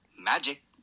magic